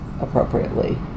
appropriately